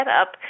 up